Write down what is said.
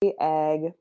egg